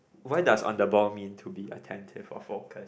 why does on the ball mean to be attentive or focused